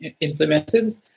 implemented